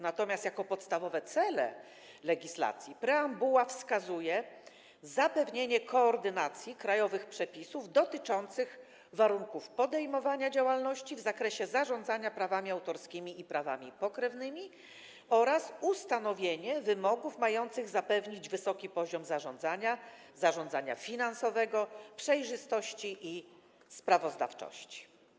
Natomiast jako podstawowe cele legislacji preambuła wskazuje zapewnienie koordynacji krajowych przepisów dotyczących warunków podejmowania działalności w zakresie zarządzania prawami autorskimi i prawami pokrewnymi oraz ustanowienie wymogów mających zapewnić wysoki poziom zarządzania, zarządzania finansowego, przejrzystości i sprawozdawczości.